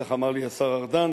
כך אמר לי השר ארדן,